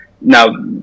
now